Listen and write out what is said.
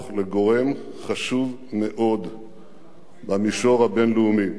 לגורם חשוב מאוד במישור הבין-לאומי.